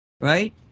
Right